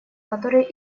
которые